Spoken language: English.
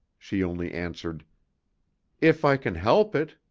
she only answered if i can help it.